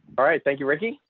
alright. thank you, ricky.